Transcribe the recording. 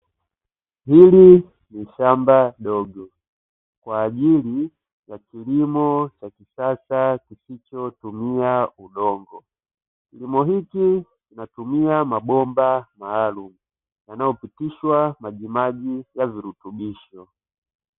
Hili ni shamba dogo kwa ajili ya kilimo cha kisasa kisichotumia udongo. Kilimo hiki kinatumia mabomba maalumu yanayopitishwa majimaji ya virutubisho.